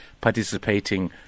participating